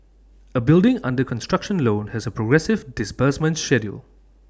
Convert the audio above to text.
A building under construction loan has A progressive disbursement schedule